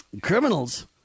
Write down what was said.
criminals